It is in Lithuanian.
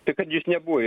tai kad jis nebuvo